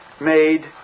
made